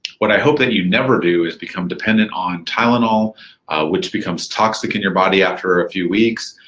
what i hope that you never do is become dependent on tylenol which becomes toxic in your body after a few weeks,